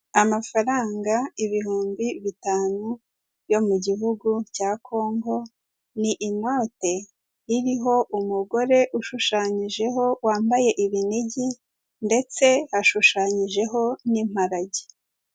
Amafaranga ibihumbi bitanu yo mu gihugu cya congo ni inote iriho umugore ushushanyijeho wambaye ibinigi ndetse hashushanyijeho n'imparage.